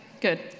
good